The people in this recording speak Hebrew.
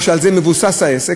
או שעל זה מבוסס העסק,